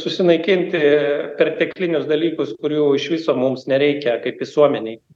susinaikinti perteklinius dalykus kurių iš viso mums nereikia kaip visuomenei